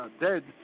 dead